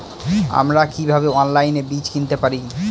আমরা কীভাবে অনলাইনে বীজ কিনতে পারি?